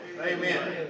Amen